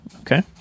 Okay